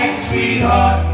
sweetheart